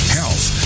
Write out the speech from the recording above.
health